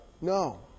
No